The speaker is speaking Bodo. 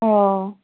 औ